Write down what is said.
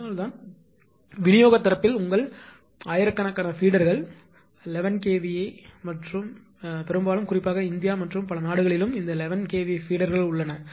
அதனால் தான் விநியோகத் தரப்பில் உங்களிடம் ஆயிரக்கணக்கான பீடர்கள் 11 kV பெரும்பாலும் குறிப்பாக இந்தியா மற்றும் பல நாடுகளிலும் இந்த 11 kV பீடர்கள் உள்ளன